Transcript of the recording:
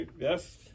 Yes